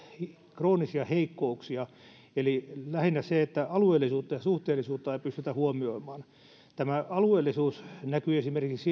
kroonisia heikkouksia eli lähinnä se että alueellisuutta ja suhteellisuutta ei pystytä huomioimaan tämä alueellisuus näkyy esimerkiksi